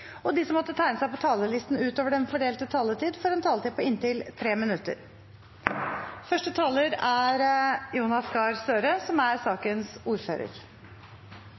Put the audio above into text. og de som måtte tegne seg på talerlisten utover den fordelte taletiden, får en taletid på inntil 3 minutter.